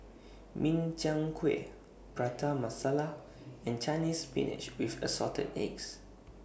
Min Chiang Kueh Prata Masala and Chinese Spinach with Assorted Eggs